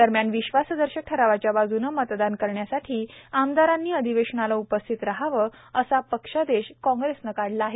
दरम्यान विश्वासदर्शक ठरावाच्या बाजूने मतदान करण्यासाठी आमदारांनी अधिवेशनाला उपस्थित रहावे असा पक्षादेश काँग्रेसने काढला आहे